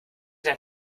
dein